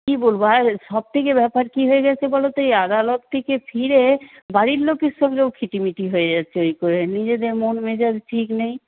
কী বলব আর সব থেকে ব্যাপার কী হয়ে গেছে বলো তো এই আদালত থেকে ফিরে বাড়ির লোকের সঙ্গেও খিটিমিটি হয়ে যাচ্ছে ওই করে নিজেদের মন মেজাজ ঠিক নেই